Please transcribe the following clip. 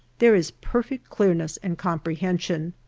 there is perfect clearness and comprehension.